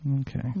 Okay